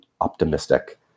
optimistic